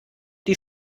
die